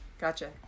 gotcha